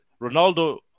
Ronaldo